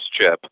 chip